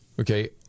Okay